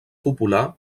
popular